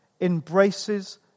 embraces